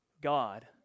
God